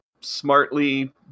smartly